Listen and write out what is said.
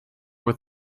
with